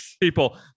people